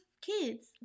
kids